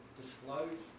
disclose